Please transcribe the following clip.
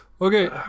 okay